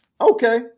Okay